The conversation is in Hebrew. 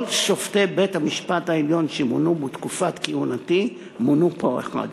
כל שופטי בית-המשפט העליון שמונו בתקופת כהונתי מונו פה-אחד